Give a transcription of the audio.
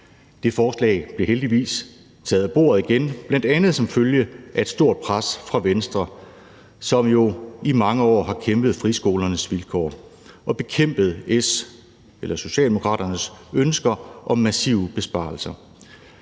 Det forslag blev heldigvis taget af bordet igen, bl.a. som følge af et stort pres fra Venstre, som jo i mange år har kæmpet for friskolernes vilkår og bekæmpet Socialdemokraternes ønsker om massive besparelser.